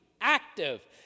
active